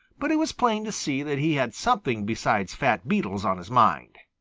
but it was plain to see that he had something besides fat beetles on his mind.